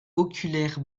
oculaire